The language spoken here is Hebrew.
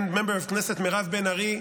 and member of Knesset Meirav Ben-Ari,